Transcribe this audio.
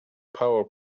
power